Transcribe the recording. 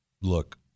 Look